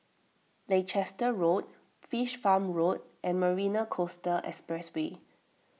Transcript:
Leicester Road Fish Farm Road and Marina Coastal Expressway